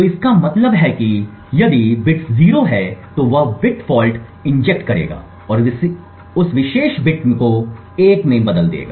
तो इसका मतलब है कि यदि बिट 0 है तो वह बिट फॉल्ट इंजेक्ट करेगा और उस विशेष बिट को 1 में बदल देगा